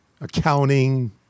accounting